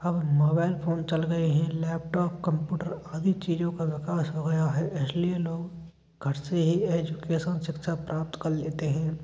अब mobile phone चल गए हैं लैपटॉप कंपूटर आदि चीज़ों का विकास हो गया है इसलिए लोग घर से ही एजुकेसन शिक्षा प्राप्त कर लेते हैं